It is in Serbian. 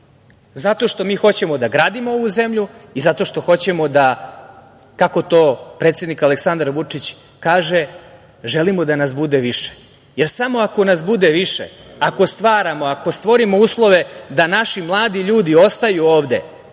zato što mi hoćemo da gradimo ovu zemlju i zato što hoćemo da, kako to predsednik Aleksandar Vučić kaže – želimo da nas bude više, jer samo ako nas bude više, ako stvaramo, ako stvorimo uslove da naši mladi ljudi ostaju ovde